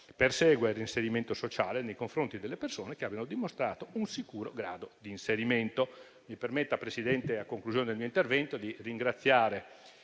persegua il reinserimento sociale nei confronti delle persone che abbiano dimostrato un sicuro grado di inserimento. Signor Presidente, mi permetta, a conclusione del mio intervento, di ringraziare